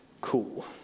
cool